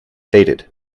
faded